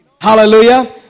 Hallelujah